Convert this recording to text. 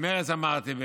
מרצ אמרתי,